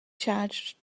charged